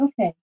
Okay